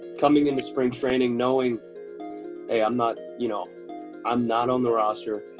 coming into spring training, knowing hey, i'm not you know i'm not on the roster,